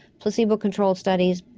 placebo control studies,